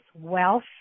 wealth